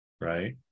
right